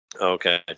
Okay